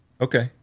Okay